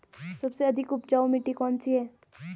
सबसे अधिक उपजाऊ मिट्टी कौन सी है?